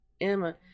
Emma